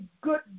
good